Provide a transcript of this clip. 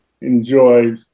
enjoy